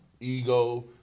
ego